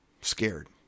scared